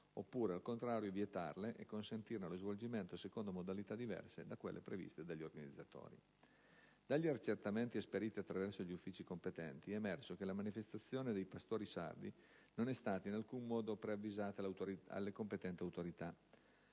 oppure, al contrario, vietarle o consentirne lo svolgimento secondo modalità diverse da quelle previste dagli organizzatori. Dagli accertamenti esperiti attraverso gli uffici competenti è emerso che la manifestazione dei pastori sardi non è stata in alcun modo preavvisata alle competenti autorità.